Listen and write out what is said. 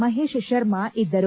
ಮಹೇಶ್ ಶರ್ಮ ಇದ್ದರು